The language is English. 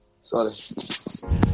Sorry